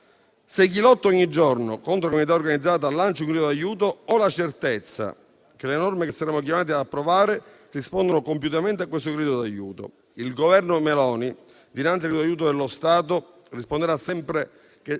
Se chi lotta ogni giorno contro la criminalità organizzata lancia un grido di aiuto, ho la certezza che le norme che saremo chiamati ad approvare rispondono compiutamente a questo grido d'aiuto. Il Governo Meloni, dinanzi al grido d'aiuto dello Stato, risponderà sempre